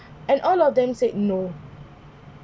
and all of them said no